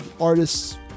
artists